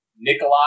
Nikolai